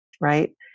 right